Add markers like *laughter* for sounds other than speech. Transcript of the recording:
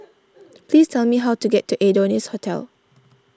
*noise* please tell me how to get to Adonis Hotel